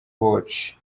watch